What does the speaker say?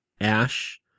ash